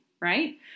right